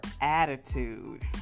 attitude